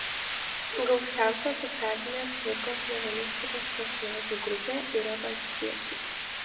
gausiausia socialinė cvirkos novelistikos personažų grupė yra valstiečiai